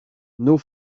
nos